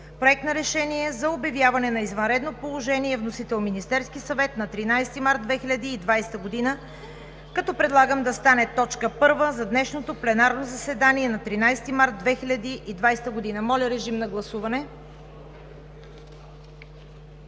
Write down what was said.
„Проект на решение за обявяване на извънредно положение“. Вносител – Министерският съвет на 13 март 2020 г., като предлагам да стане точка първа за днешното пленарно заседание – 13 март 2020 г. Моля, режим на гласуване.